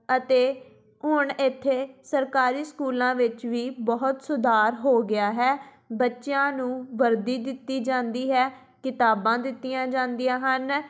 ਅਤੇ ਹੁਣ ਇੱਥੇ ਸਰਕਾਰੀ ਸਕੂਲਾਂ ਵਿੱਚ ਵੀ ਬਹੁਤ ਸੁਧਾਰ ਹੋ ਗਿਆ ਹੈ ਬੱਚਿਆਂ ਨੂੰ ਵਰਦੀ ਦਿੱਤੀ ਜਾਂਦੀ ਹੈ ਕਿਤਾਬਾਂ ਦਿੱਤੀਆਂ ਜਾਂਦੀਆਂ ਹਨ